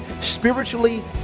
spiritually